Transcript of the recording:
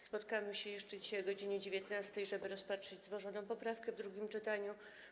Spotkamy się jeszcze dzisiaj o godz. 19, żeby rozpatrzeć złożoną poprawkę w drugim czytaniu.